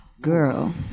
Girl